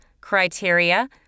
criteria